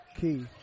Key